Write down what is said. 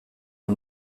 nur